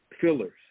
fillers